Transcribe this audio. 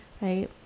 Right